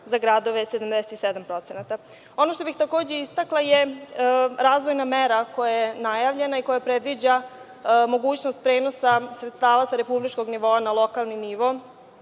za gradove 77%.Ono što bih takođe istakla je razvojna mera koja je najavljena i koja predviđa mogućnost prenosa sredstava sa republičkog nivoa na lokalni nivo,